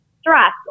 stress